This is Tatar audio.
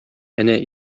әнә